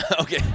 Okay